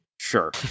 Sure